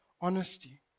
honesty